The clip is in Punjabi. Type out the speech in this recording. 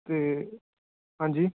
ਅਤੇ ਹਾਂਜੀ